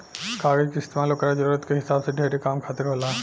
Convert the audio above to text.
कागज के इस्तमाल ओकरा जरूरत के हिसाब से ढेरे काम खातिर होला